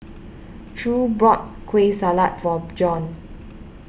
True bought Kueh Salat for Bjorn